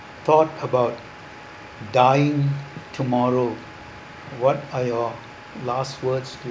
thought about dying tomorrow what are your last words to